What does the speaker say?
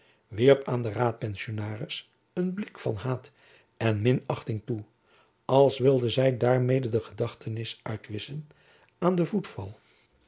wierp aan den raadpensionaris een blik van haat en minachting toe als wilde zy daarmede de gedachtenis uitwisschen aan den voetval